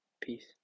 Peace